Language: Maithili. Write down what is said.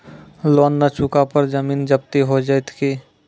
लोन न चुका पर जमीन जब्ती हो जैत की?